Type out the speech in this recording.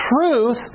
truth